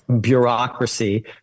bureaucracy